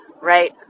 right